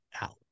out